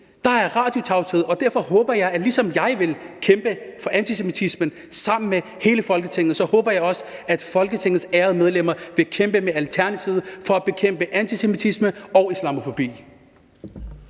Der er radiotavshed. Derfor håber jeg, ligesom jeg vil kæmpe mod antisemitisme sammen med hele Folketinget, at Folketingets ærede medlemmer sammen med Alternativet vil bekæmpe både antisemitisme og islamofobi.